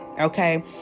Okay